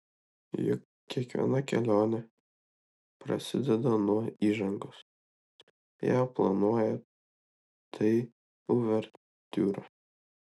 juk kiekviena kelionė prasideda nuo įžangos ją planuojant tai uvertiūra